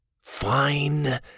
Fine